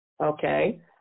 Okay